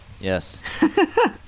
Yes